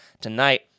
tonight